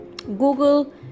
Google